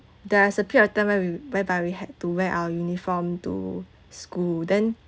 there's a period of time where we whereby we had to wear our uniform to school then